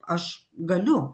aš galiu